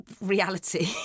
reality